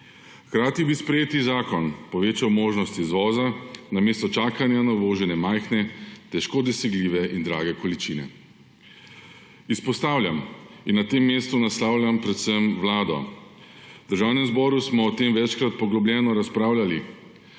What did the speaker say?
Hkrati bi sprejeti zakon povečal možnosti izvoza namesto čakanja na uvožene majhne, težko dosegljive in drage količine. Izpostavljam in na tem mestu naslavljam predvsem vlado – v Državnem zboru smo o tem večkrat poglobljeno razpravljali,